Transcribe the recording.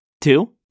Two